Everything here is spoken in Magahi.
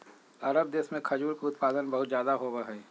अरब देश में खजूर के उत्पादन बहुत ज्यादा होबा हई